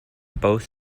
both